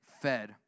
fed